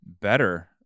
better